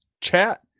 chat